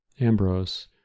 Ambrose